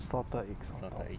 salted egg sotong